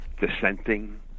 dissenting